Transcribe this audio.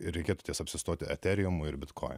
reikėtų apsistoti ethereum ir bitcoin